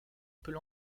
peut